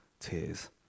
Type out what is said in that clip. tears